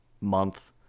month